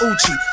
Uchi